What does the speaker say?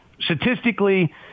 Statistically